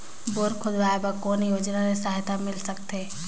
Bore खोदवाय बर कौन योजना ले सहायता मिल सकथे?